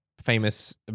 famous